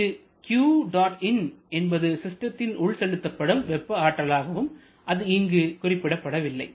இங்கு Qdot in என்பது சிஸ்டத்தின் உள் செலுத்தப்படும் வெப்ப ஆற்றலாகவும் அது இங்கு குறிக்கப்படவில்லை